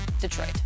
Detroit